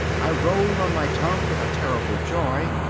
i rolled on my tongue with a terrible joy,